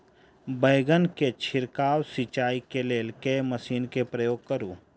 बैंगन केँ छिड़काव सिचाई केँ लेल केँ मशीन केँ प्रयोग करू?